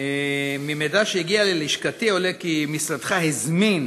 ממידע שהגיע ללשכתי עולה כי משרדך הזמין